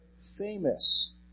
famous